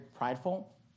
prideful